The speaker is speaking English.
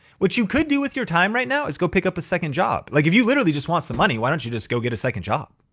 what you could do with your time right now is go pick up a second job. like if you literally just want some money, why don't you just go get a second job?